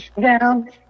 down